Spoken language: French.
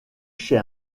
chez